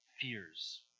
fears